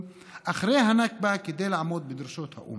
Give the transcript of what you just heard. אחרי הנכבה כדי לעמוד בדרישות האו"ם.